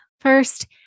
First